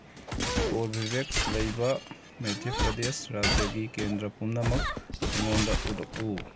Corbevax ꯂꯩꯕ ꯃꯙ꯭ꯌꯥ ꯄ꯭ꯔꯗꯦꯁ ꯔꯥꯖ꯭ꯌꯥꯒꯤ ꯀꯦꯟꯗ꯭ꯔꯥ ꯄꯨꯝꯅꯃꯛ ꯑꯩꯉꯣꯟꯗ ꯎꯠꯂꯛꯎ